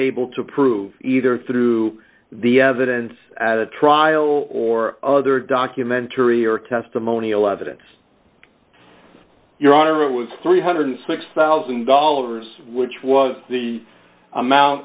able to prove either through the evidence at the trial or d other documentary or testimonial evidence your honor it was three hundred and sixty thousand dollars which was the amount